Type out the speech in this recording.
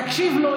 תקשיב לו.